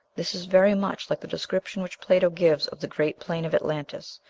this is very much like the description which plato gives of the great plain of atlantis,